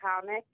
comic